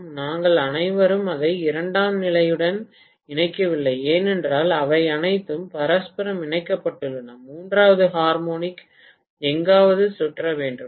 பேராசிரியர் நாங்கள் அனைவரும் அதை இரண்டாம் நிலைடன் இணைக்கவில்லை ஏனென்றால் அவை அனைத்தும் பரஸ்பரம் இணைக்கப்பட்டுள்ளன மூன்றாவது ஹார்மோனிக் எங்காவது சுற்ற வேண்டும்